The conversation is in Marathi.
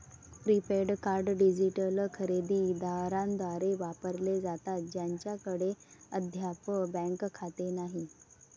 प्रीपेड कार्ड डिजिटल खरेदी दारांद्वारे वापरले जातात ज्यांच्याकडे अद्याप बँक खाते नाही